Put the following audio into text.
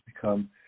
become